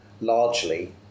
largely